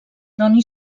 doni